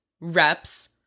reps